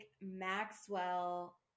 Maxwell